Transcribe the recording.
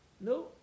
No